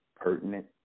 pertinent